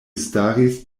staris